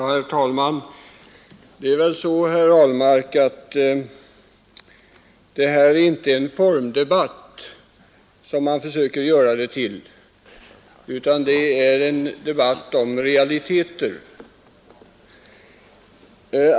Herr talman! Det är väl så, herr Ahlmark, att detta inte är en formdebatt, som man försöker göra det till, utan en debatt om realiteter.